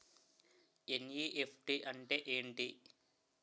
NEFT అంటే ఎంటి?